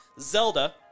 Zelda